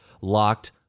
LOCKED